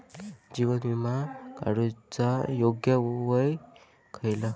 जीवन विमा काडूचा योग्य वय खयला?